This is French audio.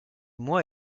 mois